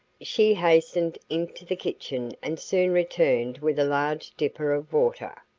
she hastened into the kitchen and soon returned with a large dipper of water.